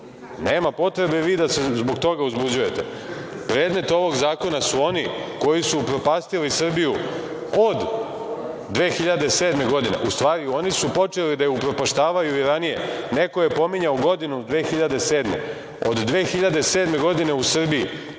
nema potrebe vi da se zbog toga uzbuđujete. Predmet ovog zakona su oni koji su upropastili Srbiju od 2007. godine, u stvari, oni su počeli da upropaštavaju i ranije, neko je pominjao godinu 2007.Od 2007. godine u Srbiji